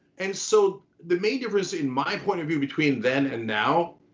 and so the main difference in my point of view between then and now,